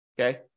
okay